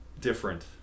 different